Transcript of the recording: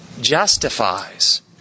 justifies